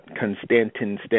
Konstantin